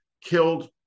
killed